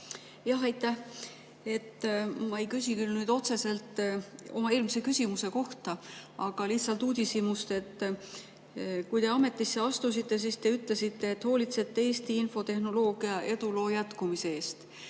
Aitäh! Ma ei küsi küll nüüd otseselt oma eelmise küsimuse kohta, aga lihtsalt uudishimust. Kui te ametisse astusite, siis te ütlesite, et hoolitsete Eesti infotehnoloogia eduloo jätkumise eest.